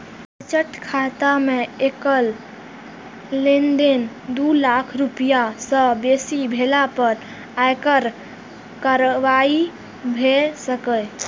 बचत खाता मे एकल लेनदेन दू लाख रुपैया सं बेसी भेला पर आयकर कार्रवाई भए सकैए